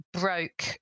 broke